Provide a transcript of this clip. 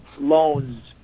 loans